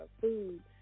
food